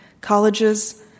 Colleges